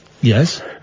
Yes